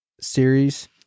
series